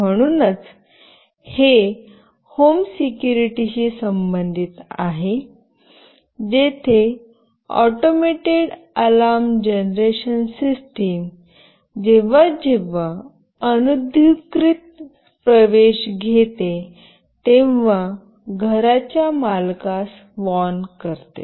म्हणूनच हे home security शी संबंधित आहे जेथे ऑटोमेटेड अलार्म जनरेशन सिस्टम जेव्हा जेव्हा अनधिकृत प्रवेश घेते तेव्हा घराच्या मालकास वॉर्न करते